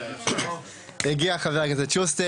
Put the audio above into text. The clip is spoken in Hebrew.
הגיע חבר הכנסת שוסטר.